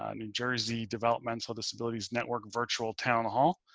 um new jersey developmental disabilities network, virtual town hall.